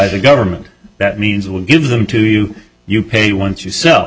the government that means we'll give them to you you pay once you sel